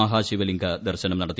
മഹാശിവലിംഗ ദർശനം നടത്തി